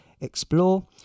explore